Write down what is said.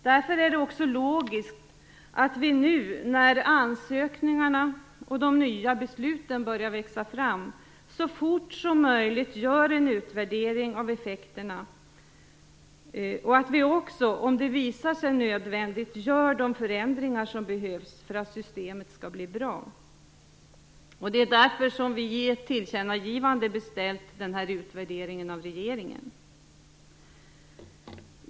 Därför är det också logiskt att vi nu, när ansökningarna och de nya besluten börjar växa fram, så fort som möjligt gör en utvärdering av effekterna och att vi också, om det visar sig nödvändigt, gör de förändringar som behövs för att systemet skall bli bra. Och det är därför som vi i ett tillkännagivande har beställt denna utvärdering av regeringen.